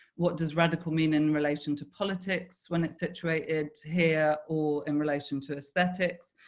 what does radical mean in relation to politics when it's situated here or in relation to aesthetics?